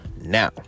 Now